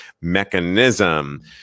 mechanism